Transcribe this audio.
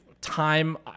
time